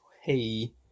hey